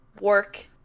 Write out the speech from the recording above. work